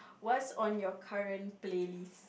what's on your current playlist